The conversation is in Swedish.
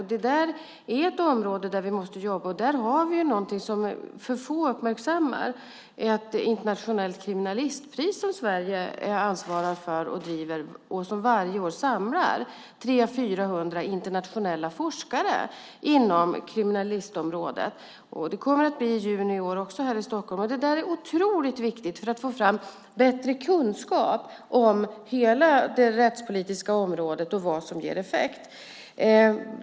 Det är ett område där vi måste jobba. Få har uppmärksammat att det finns ett internationellt pris i kriminologi som Sverige ansvarar för och som varje år samlar 300-400 internationella forskare inom området kriminologi. Det kommer att bli ett möte i år också i Stockholm. Det är otroligt viktigt för att få fram bättre kunskap om hela det rättspolitiska området och vad som ger effekt.